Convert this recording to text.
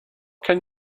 can